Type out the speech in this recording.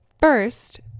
First